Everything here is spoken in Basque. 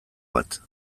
bat